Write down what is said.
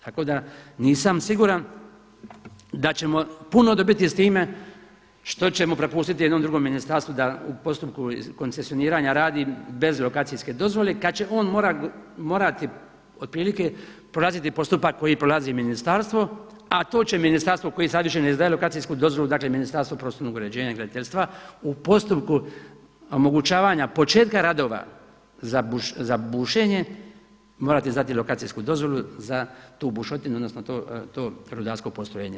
Tako da nisam siguran da ćemo puno dobiti sa time što ćemo prepustiti jednom drugom ministarstvu da u postupku koncesioniranja radi bez lokacijske dozvole kad će on morati otprilike prolaziti postupak koji prolazi ministarstvo, a to će ministarstvo koje sad više ne izdaje lokacijsku dozvolu, dakle Ministarstvo prostornog uređenja i graditeljstva u postupku omogućavanja početka radova za bušenje morati izdati lokacijsku dozvolu za tu bušotinu, odnosno to rudarsko postrojenje.